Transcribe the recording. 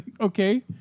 Okay